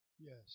yes